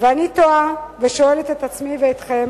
ואני תוהה ושואלת את עצמי ואתכם: